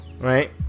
right